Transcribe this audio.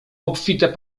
obfite